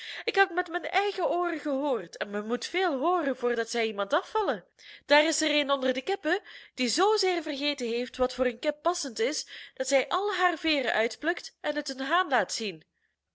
ik heb het met mijn eigen ooren gehoord en men moet veel hooren voordat zij iemand afvallen daar is er een onder de kippen die zoozeer vergeten heeft wat voor een kip passend is dat zij al haar veeren uitplukt en het den haan laat zien